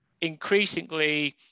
increasingly